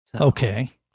okay